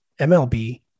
MLB